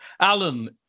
Alan